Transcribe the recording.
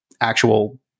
actual